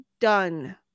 done